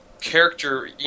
character